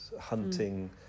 hunting